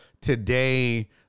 today